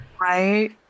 right